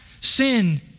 sin